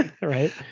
Right